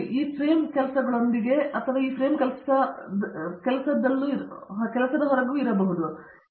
ಆದ್ದರಿಂದ ಈ ಫ್ರೇಮ್ ಕೆಲಸದೊಳಗೆ ಅಥವಾ ಈ ಫ್ರೇಮ್ ಕೆಲಸದ ಹೊರಗಿರಬಹುದು ಕೂಡಾ